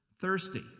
thirsty